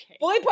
Boy